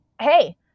hey